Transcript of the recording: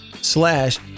slash